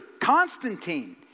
Constantine